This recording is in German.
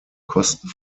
kosten